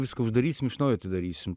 viską uždarysim iš naujo atidarysim